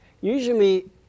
usually